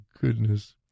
goodness